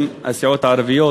הסיעות הערביות